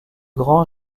grand